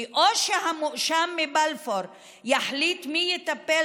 כי או שהמואשם מבלפור יחליט מי יטפל